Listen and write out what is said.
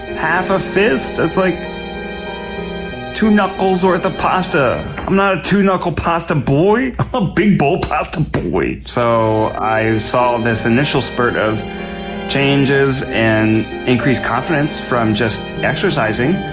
half a fist? it's like two knuckles worth of pasta. i'm not a two knuckle pasta boy. i'm a big bowl pasta boy. so i saw this initial spurt of changes and increased confidence from just exercising.